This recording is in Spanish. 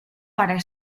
para